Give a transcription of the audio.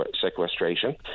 sequestration